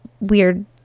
weird